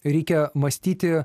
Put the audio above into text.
reikia mąstyti